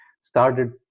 started